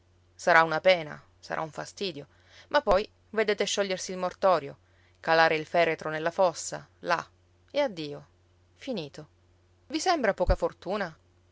sarà una pena sarà un fastidio ma poi vedete sciogliersi il mortorio calare il feretro nella fossa là e addio inito i sembra poca fortuna